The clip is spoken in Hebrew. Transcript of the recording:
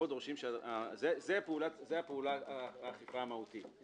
זו פעולת האכיפה המהותית.